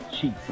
cheap